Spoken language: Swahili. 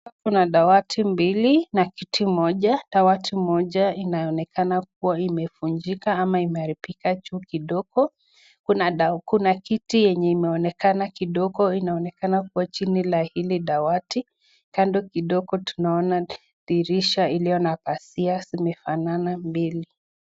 Hapa kuna dawati mbili na kiti moja, dawati moja inaonekana kuwa imevunjika ama imeharibika juu kidogo, kuna kiti yenye imeonekana kidogo inaonekana kuwa chini ya hili dawati, kando kidogo tunaona dirisha iliyo na pazia zimefanana mbili.